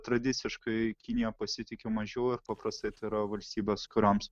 tradiciškai kinija pasitiki mažiau ir paprastai tai yra valstybės kurioms